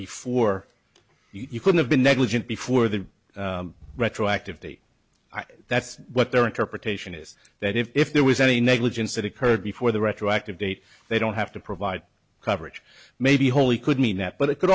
before you could have been negligent before the retroactive date that's what their interpretation is that if there was any negligence that occurred before the retroactive date they don't have to provide coverage maybe holy could mean that but it could